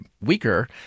weaker